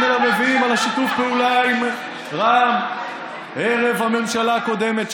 מלבבים על שיתוף הפעולה עם רע"מ ערב הממשלה הקודמת,